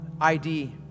ID